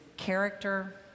character